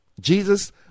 Jesus